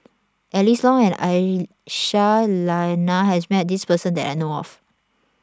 Alice Ong and Aisyah Lyana has met this person that I know of